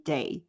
Day